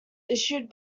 issued